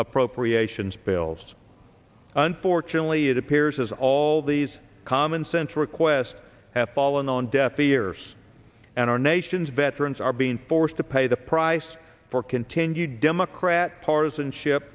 appropriations bills unfortunately it appears as all these commonsense requests have fallen on deaf ears and our nation's veterans are being forced to pay the price for continued democrat partisanship